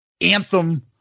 Anthem